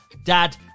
dad